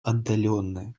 отдаленное